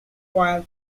war